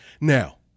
Now